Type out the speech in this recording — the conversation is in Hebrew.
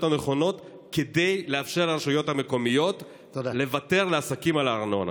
הנכונות כדי לאפשר לרשויות המקומיות לוותר לעסקים על הארנונה.